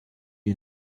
you